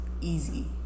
easy